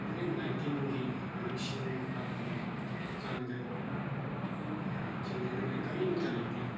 Covid ꯅꯥꯏꯟꯇꯤꯟꯒꯤ vaccine ꯀꯥꯞꯄꯗ ꯍꯛꯆꯥꯡꯗ ꯆꯤꯡꯅꯅꯤꯡꯉꯥꯏ ꯀꯔꯤꯝꯇ ꯂꯩꯇꯦ